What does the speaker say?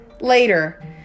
later